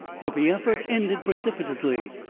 but the effort ended precipitately.